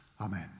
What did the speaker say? Amen